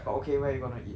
but okay where you gonna eat